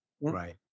Right